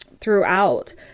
throughout